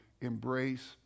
embrace